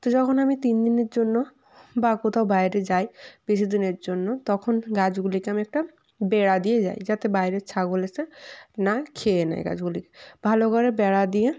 তো যখন আমি তিন দিনের জন্য বা কোথাও বাইরে যাই বেশি দিনের জন্য তখন গাছগুলিকে আমি একটা বেড়া দিয়ে যাই যাতে বাইরের ছাগল এসে না খেয়ে নেয় গাছগুলি ভালো করে বেড়া দিয়ে